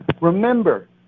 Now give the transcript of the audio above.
remember